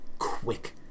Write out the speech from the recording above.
quick